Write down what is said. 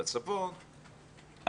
בצפון,